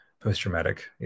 post-traumatic